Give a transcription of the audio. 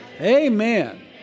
Amen